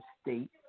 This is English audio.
state